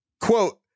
quote